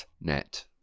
.net